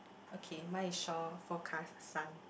okay my shore forecast sun